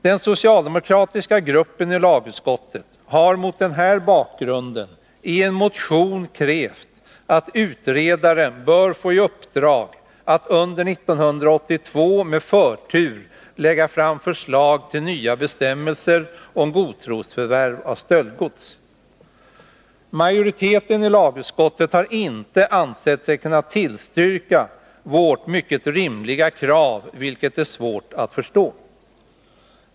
Den socialdemokratiska gruppen i lagutskottet har mot den här bakgrun den i en motion krävt att utredaren skall få i uppdrag att under 1982 med förtur lägga fram förslag till nya bestämmelser om godtrosförvärv av stöldgods. Majoriteten i lagutskottet har inte ansett sig kunna tillstyrka vårt mycket rimliga krav, vilket är svårt att förstå.